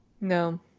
No